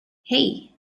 hey